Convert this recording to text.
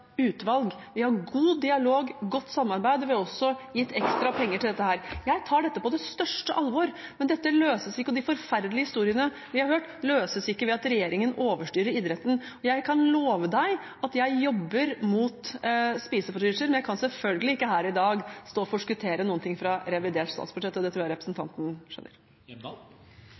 utvalg. Vi har god dialog, godt samarbeid, og vi har også gitt ekstra penger til dette her. Jeg tar dette på det største alvor, men dette og de forferdelige historiene vi har hørt, løses ikke ved at regjeringen overstyrer idretten. Jeg kan love at jeg jobber mot spiseforstyrrelser, men jeg kan selvfølgelig ikke her i dag stå og forskuttere noe fra revidert statsbudsjett, og det tror jeg representanten